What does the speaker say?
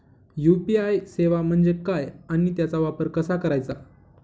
UPI सेवा म्हणजे काय आणि त्याचा वापर कसा करायचा?